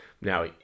Now